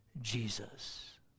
Jesus